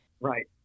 Right